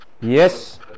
Yes